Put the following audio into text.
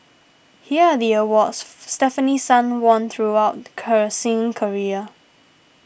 here are the awards Stefanie Sun won throughout her singing career